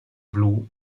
blu